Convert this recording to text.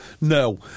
no